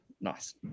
Nice